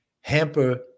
hamper